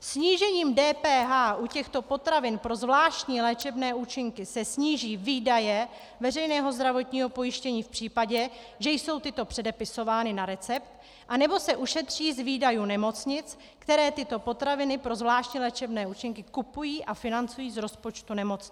Snížením DPH u těchto potravin pro zvláštní léčebné účinky se sníží výdaje veřejného zdravotního pojištění v případě, že jsou tyto předepisovány na recept, a nebo se ušetří výdaje nemocnic, které tyto potraviny pro zvláštní léčebné účinky kupují a financují z rozpočtu nemocnic.